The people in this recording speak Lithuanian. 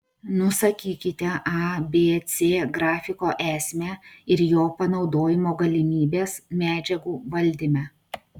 nusakykite abc grafiko esmę ir jo panaudojimo galimybes medžiagų valdyme